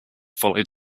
followed